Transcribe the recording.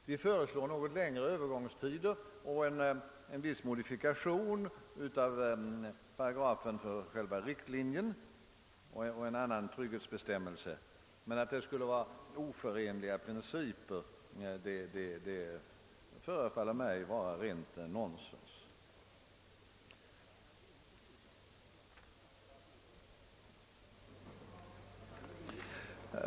Vi föreslår något längre Öövergångstider och en viss modifiering av den paragraf som rör själva riktlinjen samt en annan trygghetsbestämmelse, men att påstå att det skulle röra sig om två helt oförenliga principer tycker jag är rent nonsens.